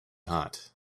hot